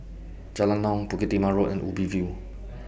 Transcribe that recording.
Jalan Naung Bukit Timah Road and Ubi View